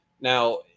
Now